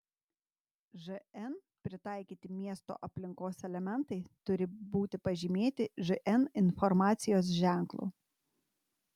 žn pritaikyti miesto aplinkos elementai turi būti pažymėti žn informacijos ženklu